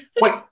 Wait